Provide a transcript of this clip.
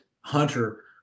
Hunter